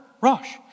Rosh